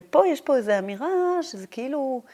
‫פה יש פה איזו אמירה שזה כאילו...